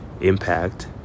impact